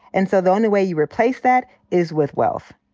and so the only way you replace that is with wealth.